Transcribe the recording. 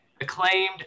acclaimed